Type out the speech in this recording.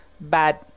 bad